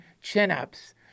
chin-ups